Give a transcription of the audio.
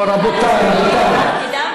טוב, רבותיי, אני יודעת שהם יודעים את תפקידם.